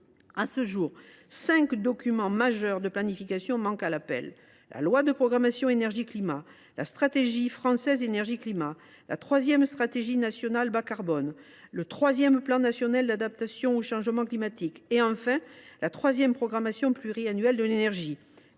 À ce jour, cinq documents majeurs de planification manquent à l’appel : la loi de programmation relative à l’énergie et au climat, la stratégie française sur l’énergie et le climat, la troisième stratégie nationale bas carbone (SNBC), le troisième plan national d’adaptation au changement climatique (Pnacc), enfin, la troisième programmation pluriannuelle de l’énergie.